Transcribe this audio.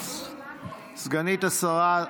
סגנית השרה,